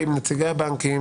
עם נציגי הבנקים,